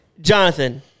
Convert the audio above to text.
Jonathan